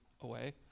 away